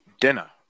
Dinner